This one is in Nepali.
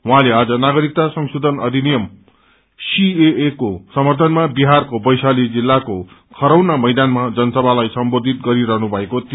उहौँले आज नागरिकता संशोधन अधिनियम सीएए को समर्थनमा बिहारको वैशाली जिल्लाको खरौना मैदानमा जन सभालाई सम्बोधित गरिरहनु भएको थियो